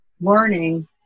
learning